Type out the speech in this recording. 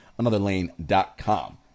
anotherlane.com